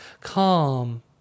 calm